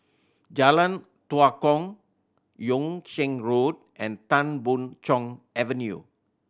Jalan Tua Kong Yung Sheng Road and Tan Boon Chong Avenue